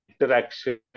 interaction